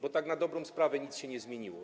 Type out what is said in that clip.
Bo tak na dobrą sprawę nic się nie zmieniło.